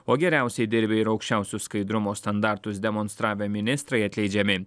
o geriausiai dirbę ir aukščiausius skaidrumo standartus demonstravę ministrai atleidžiami